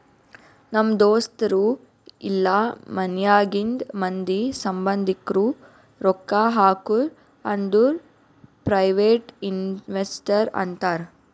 ನಮ್ ದೋಸ್ತರು ಇಲ್ಲಾ ಮನ್ಯಾಗಿಂದ್ ಮಂದಿ, ಸಂಭಂದಿಕ್ರು ರೊಕ್ಕಾ ಹಾಕುರ್ ಅಂದುರ್ ಪ್ರೈವೇಟ್ ಇನ್ವೆಸ್ಟರ್ ಅಂತಾರ್